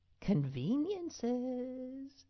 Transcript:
conveniences